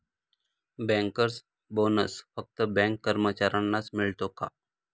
Bankers bonus फक्त bank कर्मचाऱ्यांनाच मिळतो का?